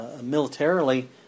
militarily